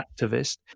activist